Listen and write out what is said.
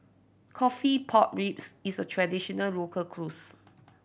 coffee pork ribs is a traditional local